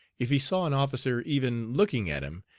if he saw an officer even looking at him,